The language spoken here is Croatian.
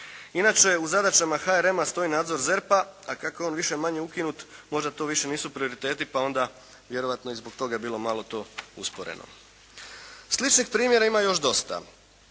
Inače u zadaćama HRM-a stoji nadzor ZERP-a a kako je on više-manje ukinut možda to više nisu prioriteti, pa onda vjerojatno je i zbog toga bilo malo to usporeno. Sličnih primjera ima još dosta,